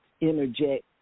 interject